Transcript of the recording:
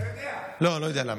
אתה יודע.